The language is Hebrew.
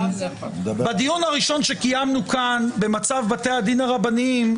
בדיון הראשון שקיימנו כאן במצב בתי הדין הרבניים,